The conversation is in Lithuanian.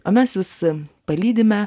o mes jus palydime